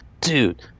Dude